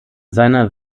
seiner